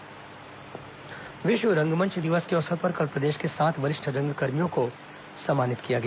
विश्व रंगमंच दिवस विश्व रंगमंच दिवस के अवसर पर कल प्रदेश के सात वरिष्ठ रंगकर्मियों को सम्मानित किया गया